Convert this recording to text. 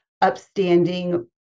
upstanding